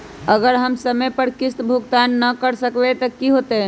अगर हम समय पर किस्त भुकतान न कर सकवै त की होतै?